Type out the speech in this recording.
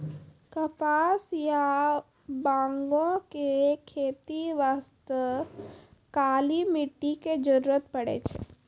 कपास या बांगो के खेती बास्तॅ काली मिट्टी के जरूरत पड़ै छै